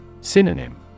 Synonym